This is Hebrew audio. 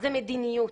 זו מדיניות.